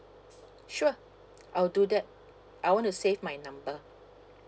sure I'll do that I want to save my number